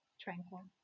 Tranquil